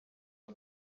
you